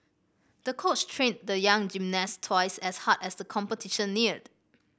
the coach trained the young gymnast twice as hard as the competition neared